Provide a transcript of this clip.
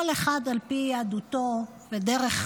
כל אחד על פי יהדותו ודרכו,